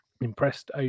impressed